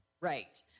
Right